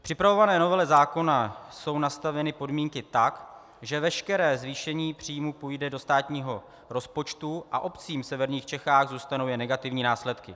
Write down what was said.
V připravované novele zákona jsou nastaveny podmínky tak, že veškeré zvýšení příjmů půjde do státního rozpočtu a obcím v severních Čechách zůstanou jen negativní následky.